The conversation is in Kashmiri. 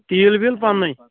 تیٖل ویٖل پنہٕ نُے